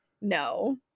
no